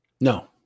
No